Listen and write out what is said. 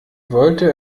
wollte